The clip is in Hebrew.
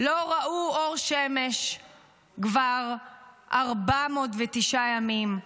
לא ראו אור שמש כבר 409 ימים,